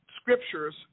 scriptures